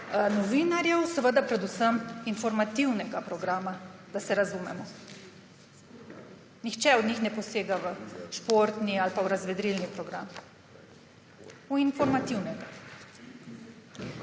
novinarjev. Seveda predvsem informativnega programa, da se razumemo. Nihče od njih ne posega v športni ali pa v razvedrilni program, ampak v informativnega.